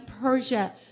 Persia